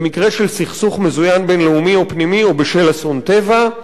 של סכסוך מזוין בין-לאומי או פנימי או בשל אסון טבע,